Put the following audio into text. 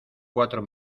cuatro